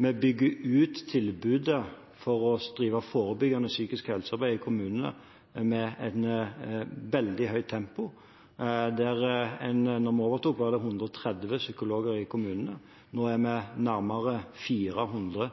Vi bygger ut tilbudet for å drive forebyggende psykisk helsearbeid i kommunene med et veldig høyt tempo. Da vi overtok, var det 130 psykologer i kommunene. Nå er det nærmere 400